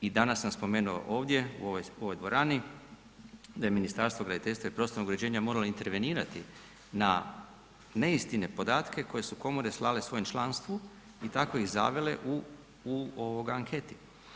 I danas sam spomenuo ovdje u ovoj dvorani da je Ministarstvo graditeljstva i prostornog uređenja moralo intervenirati na neistinite podatke koje su komore slale svojem članstvu i tako ih zavele u, u ovoga anketi.